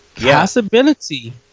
possibility